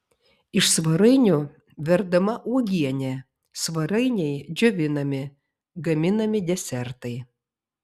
iš svarainių verdama uogienė svarainiai džiovinami gaminami desertai